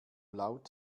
laut